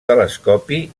telescopi